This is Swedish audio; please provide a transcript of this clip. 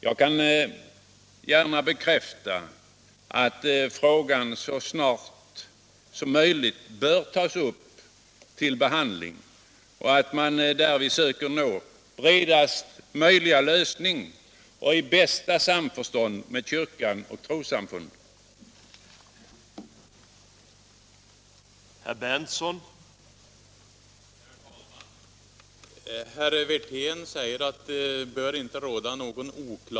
Jag kan gärna bekräfta att frågan så snart som möjligt bör tas upp till behandling och att man därvid söker nå bredaste möjliga lösning i bästa samförstånd med kyrkan och trossamfunden.